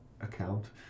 Account